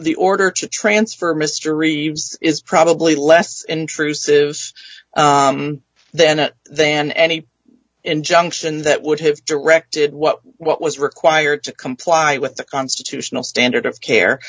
the order to transfer mystery is probably less intrusive then then any injunction that would have directed what what was required to comply with the constitutional standard of care